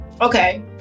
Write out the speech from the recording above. Okay